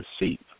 receipt